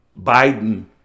Biden